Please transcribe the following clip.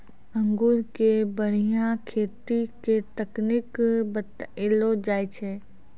अंगूर के बढ़िया खेती के तकनीक बतइलो जाय छै